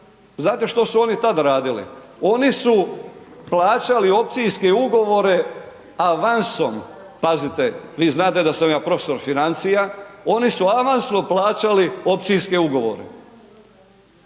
Znate što su oni tada radili? Oni su plaćali opcijske ugovore avansom, pazite vi znate da sam ja profesor financija, oni su avansno plaćali opcijske ugovore,